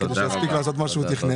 כדי שיספיק לעשות את מה שהוא תכנן.